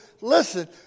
listen